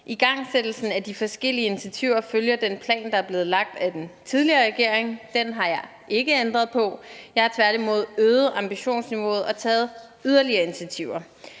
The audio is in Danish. Igangsættelsen af de forskellige initiativer følger den plan, der er blevet lagt af den tidligere regering. Den har jeg ikke ændret på. Jeg har tværtimod øget ambitionsniveauet og taget yderligere initiativer.